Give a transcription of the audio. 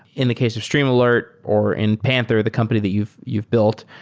in the case of streamalert or in panther, the company that you've you've built,